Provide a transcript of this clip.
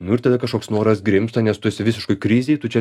nu ir tada kažkos noras grimzta nes tu esi visiškoj krizėj tu čia